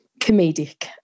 comedic